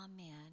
amen